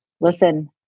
listen